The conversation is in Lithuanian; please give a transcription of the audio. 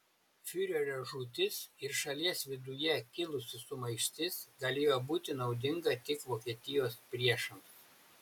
fiurerio žūtis ir šalies viduje kilusi sumaištis galėjo būti naudinga tik vokietijos priešams